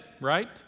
right